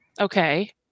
Okay